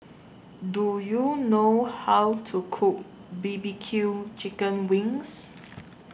Do YOU know How to Cook B B Q Chicken Wings